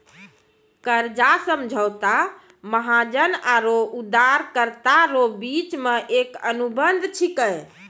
कर्जा समझौता महाजन आरो उदारकरता रो बिच मे एक अनुबंध छिकै